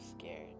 scared